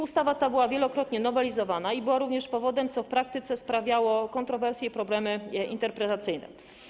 Ustawa ta była wielokrotnie nowelizowana i była również powodem tego, co w praktyce sprawiało kontrowersje i problemy interpretacyjne.